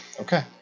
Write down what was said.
Okay